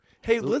Hey